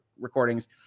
recordings